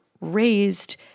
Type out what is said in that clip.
raised